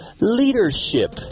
leadership